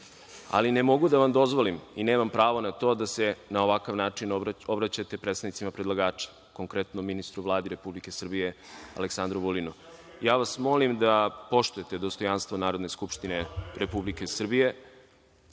Ali, ne mogu da vam dozvolim i nemam pravo na to da se na ovakav način obraćate predstavnicima predlagača, konkretno ministru u Vladi Republike Srbije Aleksandru Vulinu. Ja vas molim da poštujete dostojanstvo Narodne skupštine Republike Srbije